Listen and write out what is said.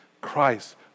Christ